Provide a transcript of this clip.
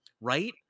Right